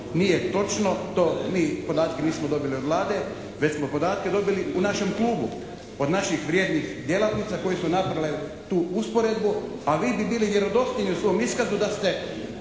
nije točno. To mi podatke nismo dobili od Vlade već smo podatke dobili u našem klubu od naših vrijednih djelatnica koje su napravile tu usporedbu, a vi bi bili vjerodostojni u svome iskazu da ste